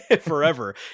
forever